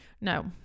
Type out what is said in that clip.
No